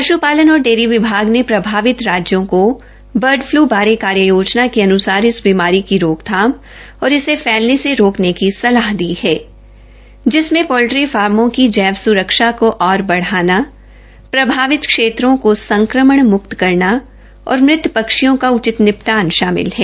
पश्पालन और डेयरी विभाग ने प्रभावित राज्यों को ऐवियन इंनफंल्एंजा बारे कार्य योजना के अन्सार इस बीमारी की रोकथाम और इसे फैलने से रोकने के सलाह दी है जिनमें पोल्ट्री फार्मो की जीव सुरक्षा को और बढ़ना प्रभावित क्षेत्रों कों संक्रमण मुक्त करना और मृत पक्षियों का उचित निपटान शामिल है